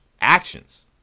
actions